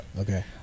Okay